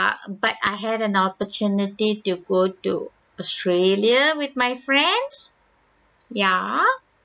uh but I had an opportunity to go to australia with my friends ya